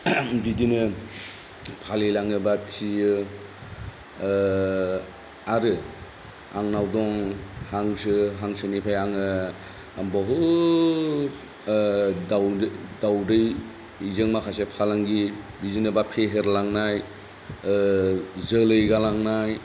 बिदिनो फालिलाङो बा फिसियो आरो आंनाव दं हांसो हांसोनिफ्राय आङो बहुद दाउदै दाउदैजों माखासे फालांगि बिदिनो बा फेहेरलांनाय जोलै गालांनाय